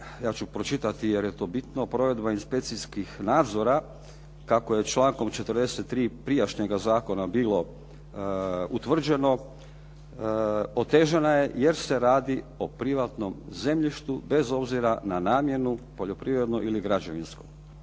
ja ću to pročitati, jer je to bitno, "provedba inspekcijskih nadzora kako je člankom 43. prijašnjega zakona bilo utvrđeno, otežana je jer se radi o privatnom zemljištu, bez obzira na namjenu poljoprivrednu ili građevinsku".